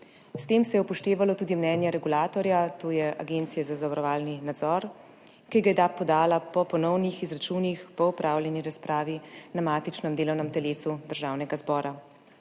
S tem se je upoštevalo tudi mnenje regulatorja, to je Agencije za zavarovalni nadzor, ki ga ta podala po ponovnih izračunih po opravljeni razpravi na matičnem delovnem telesu Državnega zbora.